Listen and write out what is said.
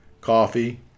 coffee